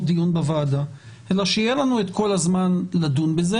דיון בוועדה אלא שיהיה לנו את כל הזמן לדון בזה.